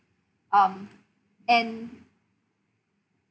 um and